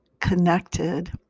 connected